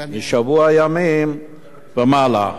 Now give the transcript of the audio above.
לשבוע ימים ומעלה.